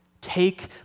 Take